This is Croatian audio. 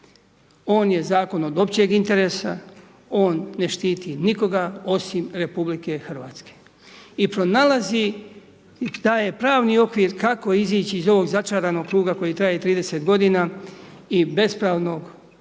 On je zakon od općeg interesa, on ne štiti nikoga osim RH. I pronalazi, daje pravni okvir kako izići iz ovog začaranog kruga koji traje 30 g. i bespravnog